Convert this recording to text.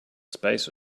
space